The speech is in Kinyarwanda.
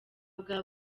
bwa